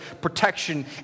protection